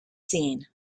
seen